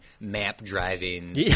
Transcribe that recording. map-driving